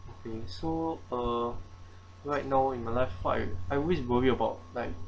okay so uh right now in the life what are you I always worry about like